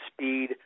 speed